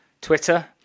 twitter